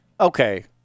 okay